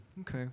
Okay